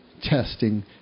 testing